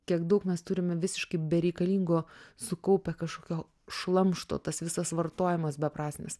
kiek daug mes turime visiškai bereikalingo sukaupę kažkokio šlamšto tas visas vartojimas beprasmis